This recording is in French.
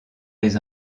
les